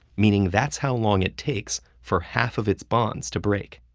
meaning that's how long it takes for half of its bonds to break.